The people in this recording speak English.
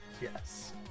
Yes